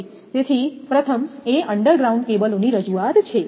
તેથી પ્રથમ એ અંડરગ્રાઉન્ડ કેબલોની રજૂઆત છે